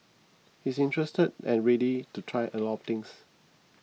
he is interested and ready to try a lot of things